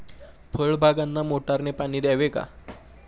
फळबागांना मोटारने पाणी द्यावे का?